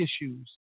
issues